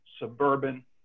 suburban